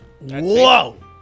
Whoa